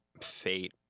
fate